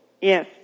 Yes